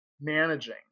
managing